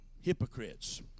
hypocrites